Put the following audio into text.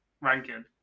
ranking